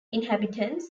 inhabitants